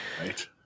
Right